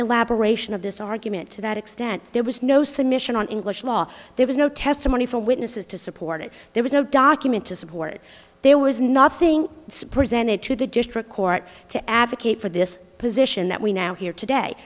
elaboration of this argument to that extent there was no submission on english law there was no testimony for witnesses to support it there was no document to support there was nothing support send it to the district court to advocate for this position that we now hear today